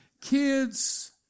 kids